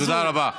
תודה רבה.